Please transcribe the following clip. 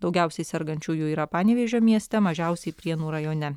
daugiausiai sergančiųjų yra panevėžio mieste mažiausiai prienų rajone